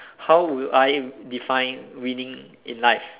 how would I define winning in life